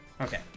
Okay